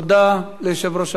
נתקבל.